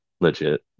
legit